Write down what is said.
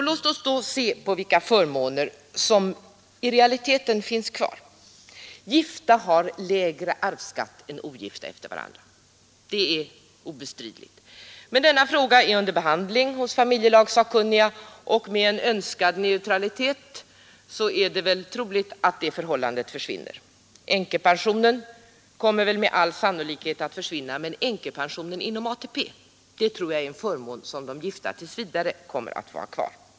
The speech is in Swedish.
Låt oss då se vilka förmåner som i realiteten finns kvar. Gifta har lägre arvsskatt än ogifta när de ärver varandra — det är obestridligt. Men denna fråga är under behandling hos familjelagssakkunniga, och med en önskad neutralitet till samlevnadsformen är det troligt att det förhållandet försvinner. Änkepensionen kommer med all sannolikhet att försvinna, men änkepensionen inom ATP tror jag är en förmån som de gifta tills vidare kommer att få ha kvar.